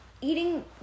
eating